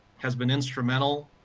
has been instrumental,